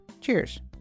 Cheers